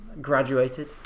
graduated